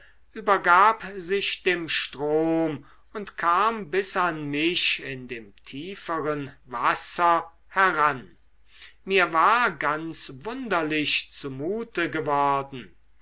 übergab sich dem strom und kam bis an mich in dem tieferen wasser heran mir war ganz wunderlich zumute geworden